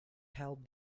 help